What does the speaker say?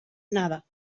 nada